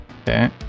Okay